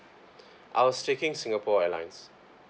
I was taking singapore airlines